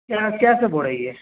کیا کیا سب ہو رہی ہے